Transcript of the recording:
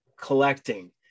collecting